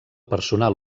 personal